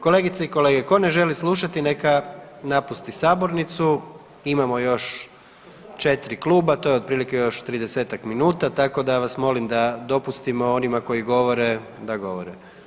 Kolegice i kolege, tko ne želi slušati neka napusti sabornicu, imamo još 4 kluba, to je otprilike još 30-ak minuta, tako da vas molim da dopustimo onima koji govore, da govore.